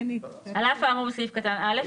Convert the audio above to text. (ב) על אף האמור בסעיף קטן (א),